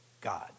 God